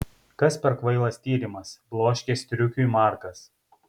kas per kvailas tyrimas bloškė striukiui markas